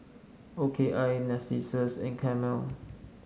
O K I Narcissus and Camel